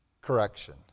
correction